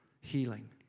Healing